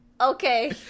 Okay